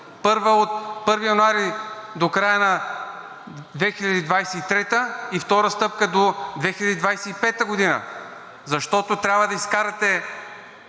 от 1 януари до края на 2023 г., втора стъпка, до 2025 г., защото трябва да изкарате